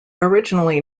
originally